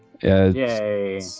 Yay